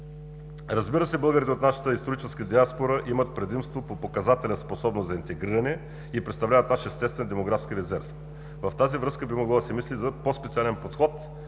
Разбира се, българите от нашата историческа диаспора имат предимство по показателя „способност за интегриране“ и представляват наш естествен демографски резерв. В тази връзка би могло да се мисли за по-специален подход,